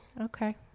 Okay